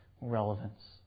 relevance